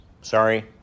sorry